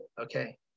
okay